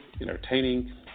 entertaining